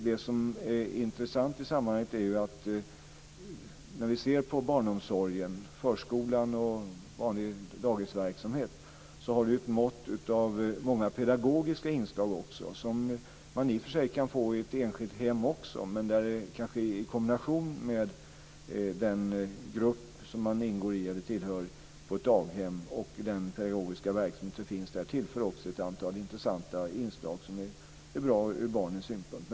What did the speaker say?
Det som är intressant i sammanhanget är att det - sett till barnomsorgen, förskolan och vanlig dagisverksamhet - också finns ett mått av många pedagogiska inslag som man i och för sig även kan få i ett enskilt hem. Men kanske i kombination med den grupp som man ingår i, tillhör, på ett daghem och den pedagogiska verksamhet som finns där tillförs också ett antal intressanta inslag som är bra från barnens synpunkt.